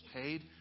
paid